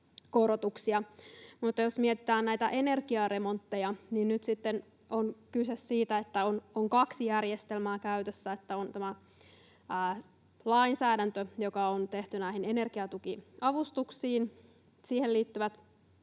Jos mietitään näitä energiaremontteja, niin nyt sitten on kyse siitä, että on kaksi järjestelmää käytössä. On tämä lainsäädäntö, joka on tehty näihin energiatukiavustuksiin, siihen liittyvät